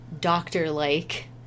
doctor-like